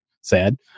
sad